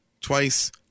twice